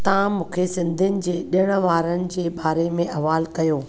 ता मूंखे सिंधी जे ॾिण वारनि जे बारे में अह्लवालु कयो